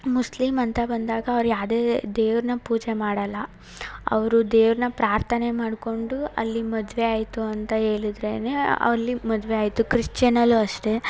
Muslim ಅಂತ ಬಂದಾಗ ಅವ್ರು ಯಾವುದೇ ದೇವ್ರನ್ನ ದೇವ್ರ್ನ ಪೂಜೆ ಮಾಡಲ್ಲ ಅವರು ದೇವ್ರನ್ನ ಪ್ರಾರ್ಥನೆ ಮಾಡಿಕೊಂಡು ಅಲ್ಲಿ ಮದುವೆ ಆಯಿತು ಅಂತ ಹೇಳಿದ್ರೇನೇ ಅಲ್ಲಿ ಮದುವೆ ಆಯಿತು ಕ್ರಿಶ್ಚಿಯನಲ್ಲೂ ಅಷ್ಟೇ